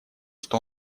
что